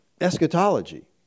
eschatology